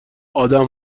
آدم